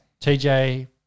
TJ